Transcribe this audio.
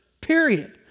Period